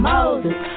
Moses